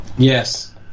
Yes